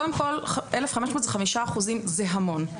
קודם כול, 1,500 זה 5%, זה המון.